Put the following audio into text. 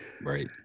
Right